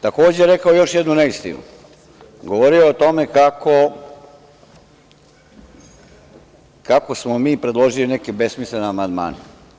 Takođe, rekao je još jednu neistinu, govorio je o tome kako smo mi predložili neke besmislene amandmane.